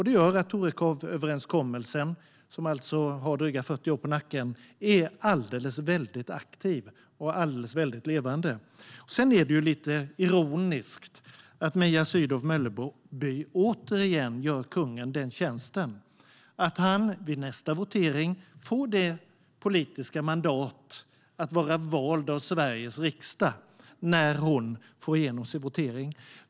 Det gör att Torekovöverenskommelsen, som har dryga 40 år på nacken, är alldeles väldigt aktiv och alldeles väldigt levande. Sedan är det lite ironiskt att Mia Sydow Mölleby återigen gör kungen den tjänsten att han vid nästa votering får det politiska mandatet att vara vald av Sveriges riksdag när hon får igenom sin votering.